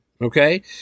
Okay